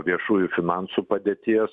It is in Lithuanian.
viešųjų finansų padėties